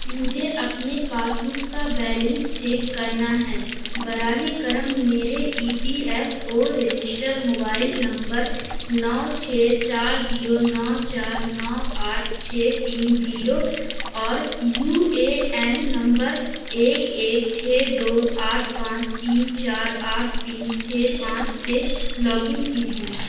مجھے اپنے passbook کا بیلنس چیک کرنا ہے براہ کرم میرے E P F O register mobile number نو چھ چار زیرو نو چار نو آٹھ چھ تین زیرو اور یو اے این نمبر ایک ایک چھ دو آٹھ پانچ تین چار آٹھ تین چھ پانچ سے لاگ ان کیجیے